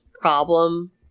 problem